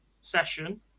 session